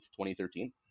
2013